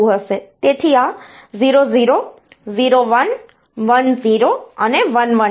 તેથી આ 0 0 0 1 1 0 અને 1 1 છે